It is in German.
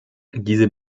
diese